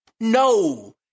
No